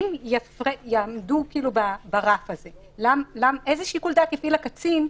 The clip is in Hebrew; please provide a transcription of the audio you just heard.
אם יעמדו ברף הזה, איזה שיקול דעת יפעיל הקצין?